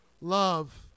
Love